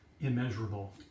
immeasurable